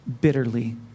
bitterly